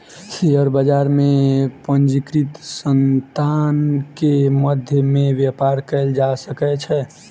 share बजार में पंजीकृत संतान के मध्य में व्यापार कयल जा सकै छै